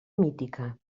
mítica